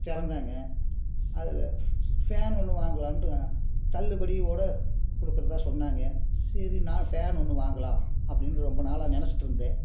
திறந்தாங்க அதில் ஃபேன் ஒன்று வாங்கலாம்ட்டு தான் தள்ளுபடியோடு கொடுக்குறதா சொன்னாங்க சரி நான் ஃபேன் ஒன்று வாங்கலாம் அப்படினு ரொம்ப நாளாக நினச்சிட்டு இருந்தேன்